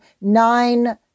nine